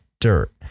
dirt